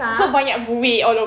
so banyak buih all over